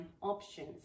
options